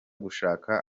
gushaka